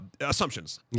assumptions